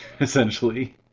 essentially